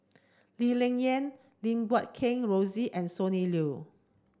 Lee Ling Yen Lim Guat Kheng Rosie and Sonny Liew